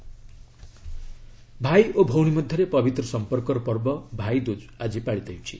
ଭାଇ ଦୁଜ୍ ଭାଇ ଓ ଭଉଣୀ ମଧ୍ୟରେ ପବିତ୍ର ସମ୍ପର୍କର ପର୍ବ 'ଭାଇ ଦୁଜ୍' ଆଜି ପାଳିତ ହେଉଛି